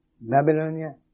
Babylonia